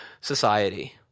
society